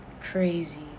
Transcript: crazy